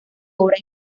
obra